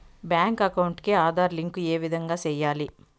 Bank account కి Aadhaar link ఏ విధంగా సెయ్యాలి?